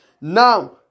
Now